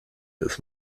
his